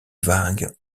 vague